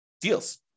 deals